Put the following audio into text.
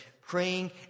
praying